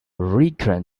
recurrent